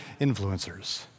influencers